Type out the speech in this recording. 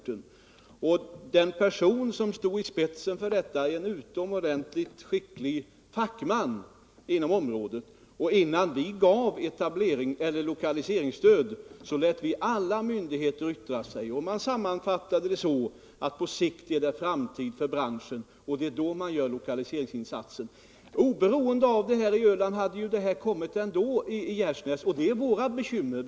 Den - Om säkerheten vid person som stod i spetsen för det hela är en utomordentligt skicklig posttransporter fackman inom området, och innan vi gav lokaliseringsstöd lät vi olika myndigheter yttra sig. Man sammanfattade det så, att på sikt är framtiden ljus för branschen, och det var därför vi lämnade lokaliseringsstödet. Oberoende av vad som har gjorts på Öland hade ju tydligen svårigheterna kommit i Gärsnäs, och det blir våra bekymmer.